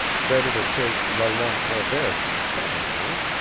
better to take la longue traverse in summer, ah?